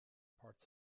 parts